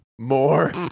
more